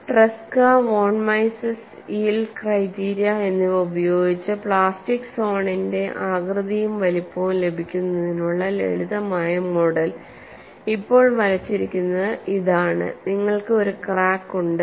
Tresca von Mises yield criteria എന്നിവ ഉപയോഗിച്ച് plastic സോണിന്റെ ആകൃതിയും വലുപ്പവും ലഭിക്കുന്നതിനുള്ള ലളിതമായ മോഡൽ ഇപ്പോൾ വരച്ചിരിക്കുന്നത് ഇതാണ് നിങ്ങൾക്ക് ഒരു ക്രാക്ക് ഉണ്ട്